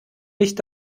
nicht